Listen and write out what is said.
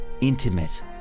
intimate